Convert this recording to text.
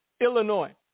illinois